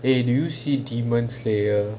eh do you see demons slayer